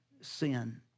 sin